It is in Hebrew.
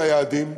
את היעדים,